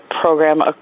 program